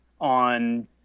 on